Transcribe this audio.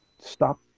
stop